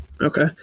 Okay